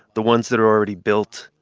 the ones that are already built,